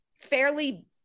fairly